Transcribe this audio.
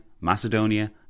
Macedonia